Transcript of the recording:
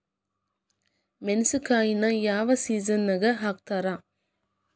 ಮೆಣಸಿನಕಾಯಿನ ಯಾವ ಸೇಸನ್ ನಾಗ್ ಹಾಕ್ತಾರ?